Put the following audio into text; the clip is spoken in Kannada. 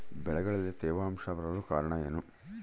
ಬೆಳೆಗಳಲ್ಲಿ ತೇವಾಂಶ ಬರಲು ಕಾರಣ ಏನು?